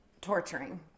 torturing